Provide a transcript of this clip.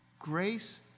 grace